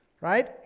right